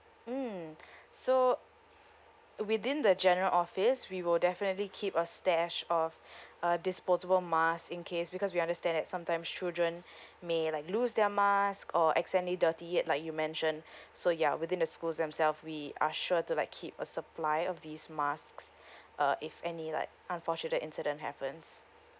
mm so within the general office we will definitely keep a stash of uh disposable mask in case because we understand that sometimes children may like lose their mask or accidentally dirty it like you mentioned so ya within the school themselves we are sure to like keep a supply of these masks uh if any like unfortunate incident happens